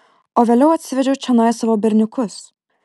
o vėliau atsivedžiau čionai savo berniukus